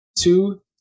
Two